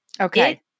Okay